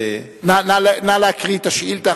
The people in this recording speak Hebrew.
נא להקריא את השאילתא,